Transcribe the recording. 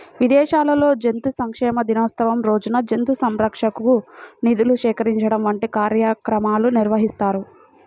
విదేశాల్లో జంతు సంక్షేమ దినోత్సవం రోజున జంతు సంరక్షణకు నిధులు సేకరించడం వంటి కార్యక్రమాలు నిర్వహిస్తారు